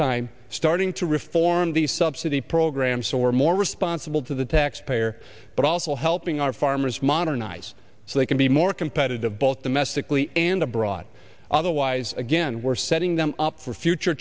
time starting to reform the subsidy program so we're more responsible to the taxpayer but also helping our farmers modernize so they can be more competitive both domestically and abroad otherwise again we're setting them up for future